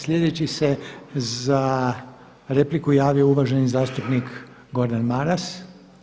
Slijedeći se za repliku javio uvaženi zastupnik Gordan Maras.